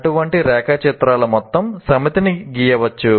అటువంటి రేఖాచిత్రాల మొత్తం సమితిని గీయవచ్చు